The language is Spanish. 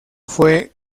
fue